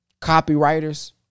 Copywriters